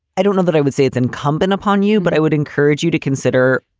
i don't know that i would say it's incumbent upon you, but i would encourage you to consider,